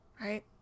right